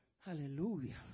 Hallelujah